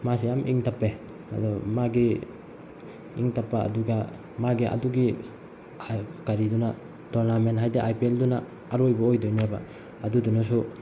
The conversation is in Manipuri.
ꯃꯥꯁꯦ ꯌꯥꯝ ꯏꯪ ꯇꯞꯄꯦ ꯑꯗꯣ ꯃꯥꯒꯤ ꯏꯪ ꯇꯞꯄ ꯑꯗꯨꯒ ꯃꯥꯒꯤ ꯑꯗꯨꯒꯤ ꯀꯔꯤꯗꯨꯅ ꯇꯣꯔꯅꯥꯃꯦꯟ ꯍꯥꯏꯗꯤ ꯑꯥꯏ ꯄꯤ ꯑꯦꯜꯗꯨꯅ ꯑꯔꯣꯏꯕ ꯑꯣꯏꯗꯣꯏꯅꯦꯕ ꯑꯗꯨꯗꯨꯅꯁꯨ